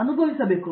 professor